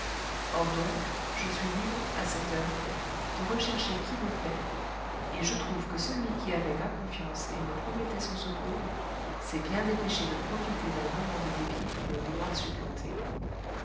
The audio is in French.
or donc je suis libre à cette heure de rechercher qui me plaît et je trouve que celui qui avait ma confiance et me promettait son secours s'est bien dépêché de profiter d'un moment de dépit pour me vouloir supplanter